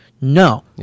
no